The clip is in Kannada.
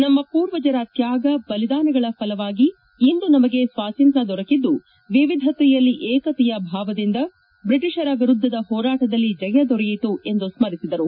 ನಮ್ಮ ಪೂರ್ವಜರ ತ್ವಾಗ ಬಲಿದಾನಗಳ ಫಲವಾಗಿ ಇಂದು ನಮಗೆ ಸ್ವಾತಂತ್ರ್ವ ದೊರಕಿದ್ದು ವಿವಿಧತೆಯಲ್ಲಿ ಏಕತೆಯ ಭಾವದಿಂದ ಬ್ರಿಟಿಷರ ವಿರುದ್ದದ ಹೋರಾಟದಲ್ಲಿ ಜಯ ದೊರೆಯಿತು ಎಂದು ಸ್ತರಿಸಿದರು